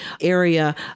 area